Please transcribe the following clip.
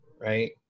Right